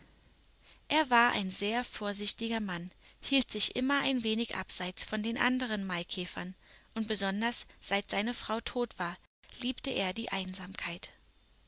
er war ein sehr vorsichtiger mann hielt sich immer ein wenig abseits von den anderen maikäfern und besonders seit seine frau tot war liebte er die einsamkeit